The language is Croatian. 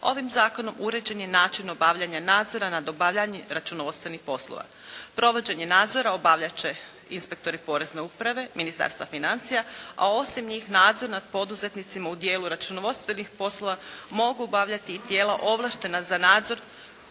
ovim Zakonom uređen je način obavljanja nadzora nad obavljanjem računovodstvenih poslova. Provođenje nadzora obavljat će inspektori porezne uprave Ministarstva financija, a osim njih nadzor nad poduzetnicima u dijelu računovodstvenih poslova mogu obavljati i tijela ovlaštena za nadzor